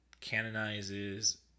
canonizes